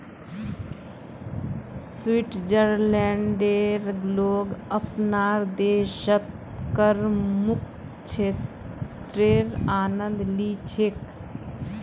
स्विट्जरलैंडेर लोग अपनार देशत करमुक्त क्षेत्रेर आनंद ली छेक